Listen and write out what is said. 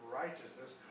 righteousness